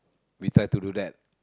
we try to do that